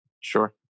sure